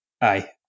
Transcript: aye